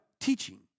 Teaching